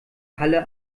halle